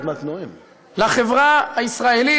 לחברה הישראלית,